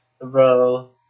bro